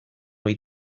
ohi